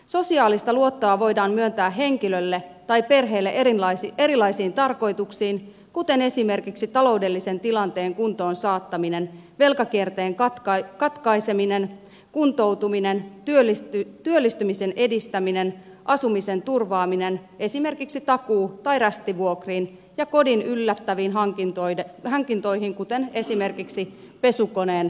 sosiaalista luottoa voidaan myöntää henkilölle tai perheelle erilaisiin tarkoituksiin kuten esimerkiksi taloudellisen tilanteen kuntoon saattamiseen velkakierteen katkaisemiseen kuntoutumiseen työllistymisen edistämiseen asumisen turvaamiseen esimerkiksi takuu tai rästivuokriin ja kodin yllättäviin hankintoihin kuten esimerkiksi pesukoneen rikki mennessä